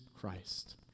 Christ